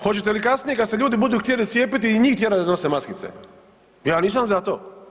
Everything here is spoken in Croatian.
Hoćete li kasnije kad se ljudi budu htjeli cijepiti i njih tjerati da nose maskice, ja nisam za to.